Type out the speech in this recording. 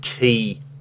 key